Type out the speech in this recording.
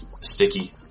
Sticky